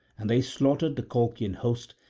and they slaughtered the colchian host,